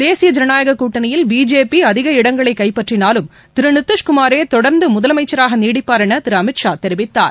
தேசிய ஜனநாயகக் கூட்டணியில் பிஜேபி அதிக இடங்களை கைப்பற்றினாலும் திரு நிதிஷ்குமாரே தொடர்ந்து முதலமைச்சராக நீடிப்பார் என திரு அமித் ஷா தெரிவித்தார்